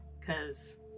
Cause